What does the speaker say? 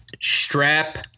Strap